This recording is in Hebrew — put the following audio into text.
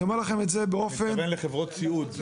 אני אומר לכם- -- אתה מתכוון לחברות סיעוד.